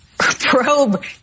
probe